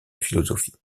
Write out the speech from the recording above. philosophie